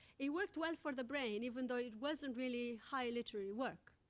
it worked well for the brain, even though it wasn't really high literary work.